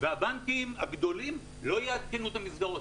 והבנקים הגדולים לא יעדכנו את המסגרות,